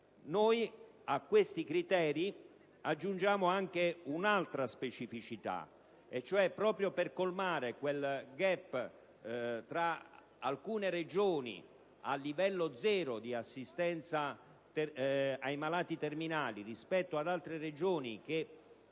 A questi criteri aggiungiamo anche un'altra specificità. In sostanza, proprio per colmare quel *gap* tra alcune Regioni a livello zero di assistenza ai malati terminali rispetto ad altre che